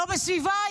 לא בסביבה.